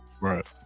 Right